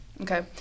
Okay